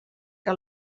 que